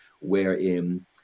wherein